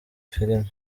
filime